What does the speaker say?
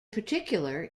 particular